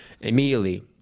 immediately